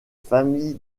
famille